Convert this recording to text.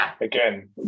again